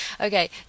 okay